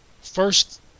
first